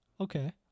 Okay